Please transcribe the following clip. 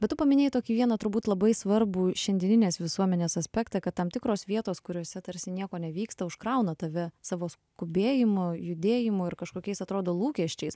bet tu paminėjai tokį vieną turbūt labai svarbų šiandieninės visuomenės aspektą kad tam tikros vietos kuriose tarsi nieko nevyksta užkrauna tave savo skubėjimu judėjimu ir kažkokiais atrodo lūkesčiais